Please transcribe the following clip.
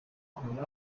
ahora